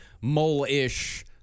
mole-ish